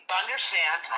understand